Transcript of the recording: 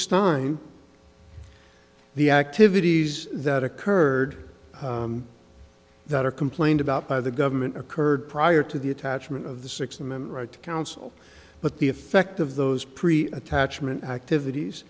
stein the activities that occurred that are complained about by the government occurred prior to the attachment of the sixth amendment right to counsel but the effect of those pre attachment activities